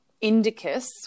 Indicus